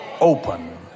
open